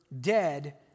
dead